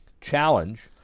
challenge